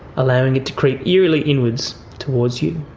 allowing it to creep eerily inwards towards you.